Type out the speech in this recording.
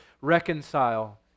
reconcile